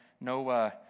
no